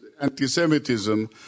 anti-Semitism